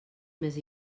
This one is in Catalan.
més